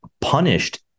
punished